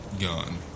Gone